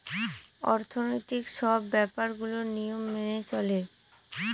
অর্থনৈতিক সব ব্যাপার গুলোর নিয়ম মেনে চলে